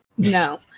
No